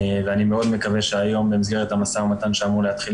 ואני מאוד מקווה שהיום במסגרת המשא ומתן שאמור להתחיל